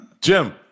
Jim